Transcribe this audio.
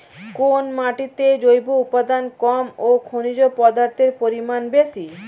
কোন মাটিতে জৈব উপাদান কম ও খনিজ পদার্থের পরিমাণ বেশি?